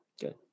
Good